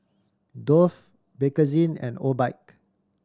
Dove Bakerzin and Obike